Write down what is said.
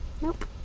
Nope